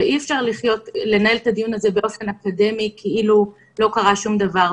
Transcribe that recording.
ואי-אפשר לנהל את הדיון הזה באופן אקדמי כאילו לא קרה שום דבר.